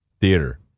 theater